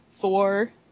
four